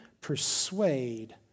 persuade